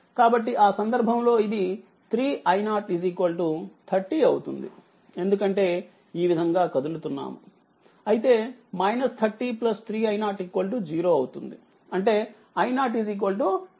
కాబట్టి ఆ సందర్భంలో అది 3i0 30 అవుతుంది ఎందుకంటే ఈ విధంగా కదులుతున్నాము అయితే 30 3i0 0అవుతుంది అంటే i0 10 ఆంపియర్